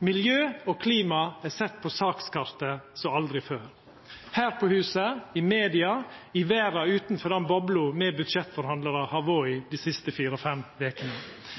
Miljø og klima er sett på sakskartet som aldri før – her på huset, i media, i verda utanfor den bobla me budsjettforhandlarar har vore i dei siste fire–fem vekene. Det er isolert sett fantastisk og